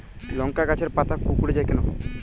লংকা গাছের পাতা কুকড়ে যায় কেনো?